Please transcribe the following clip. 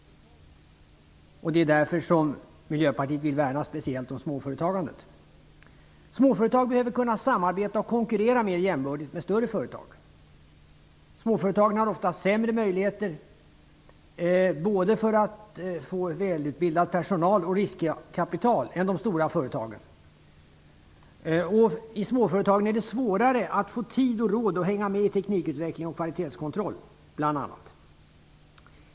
Det är därför som Miljöpartiet vill värna speciellt om småföretagandet. Småföretag behöver kunna samarbeta och konkurrera mer jämbördigt med större företag. Småföretagen har oftast sämre möjligheter både att få välutbildad personal och att få fram riskkapital än de stora företagen. I småföretagen är det svårare att få tid och råd att hänga med i teknikutveckling och kvalitetskontroll, bl.a.